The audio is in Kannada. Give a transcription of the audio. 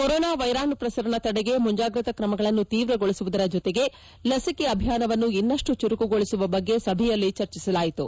ಕೊರೊನಾ ವೈರಾಣು ಪ್ರಸರಣ ತಡೆಗೆ ಮುಂಜಾಗ್ರತಾ ಕ್ರಮಗಳನ್ನು ತೀವ್ರಗೊಳಿಸುವುದರ ಜತೆಗೆ ಲಸಿಕೆ ಅಭಿಯಾನವನ್ನು ಇನ್ನಷ್ಟು ಚುರುಕುಗೊಳಿಸುವ ಬಗ್ಗೆ ಸಭೆಯಲ್ಲಿ ಚರ್ಚಿಸಲಾಯಿತು